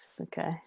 okay